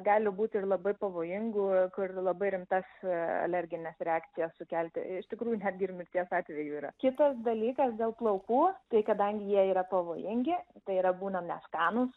gali būt ir labai pavojingų kur labai rimtas alergines reakcijas sukelti iš tikrųjų netgi ir mirties atvejų yra kitas dalykas dėl plaukų tai kadangi jie yra pavojingi tai yra būna neskanūs